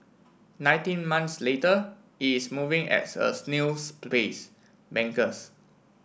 nineteen months later it is moving at a snail's pace bankers